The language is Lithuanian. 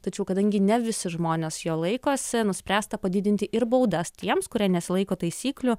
tačiau kadangi ne visi žmonės jo laikosi nuspręsta padidinti ir baudas tiems kurie nesilaiko taisyklių